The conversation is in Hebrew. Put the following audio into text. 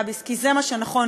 אם הוא שומע אותנו פה,